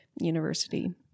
university